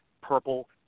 purple